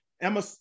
Emma